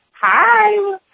Hi